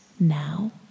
Now